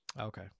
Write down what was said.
Okay